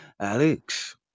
Alex